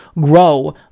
grow